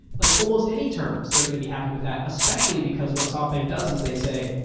like almost any terms, theyare going to be happy with that, especially because what softbank does is they say,